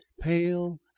pale